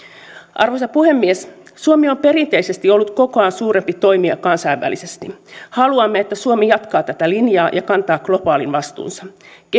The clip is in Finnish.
arvoisa puhemies suomi on perinteisesti ollut kokoaan suurempi toimija kansainvälisesti haluamme että suomi jatkaa tätä linjaa ja kantaa globaalin vastuunsa